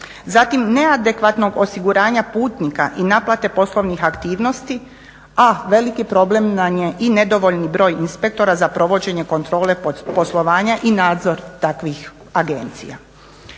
zatim neadekvatnog osiguranja putnika i naplate poslovnih aktivnosti a veliki problem nam je i nedovoljni broj inspektora za provođenje kontrole poslovanja i nadzor takvih agencija.